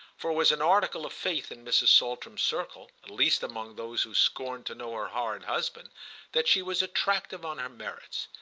for it was an article of faith in mrs. saltram's circle at least among those who scorned to know her horrid husband that she was attractive on her merits.